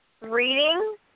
reading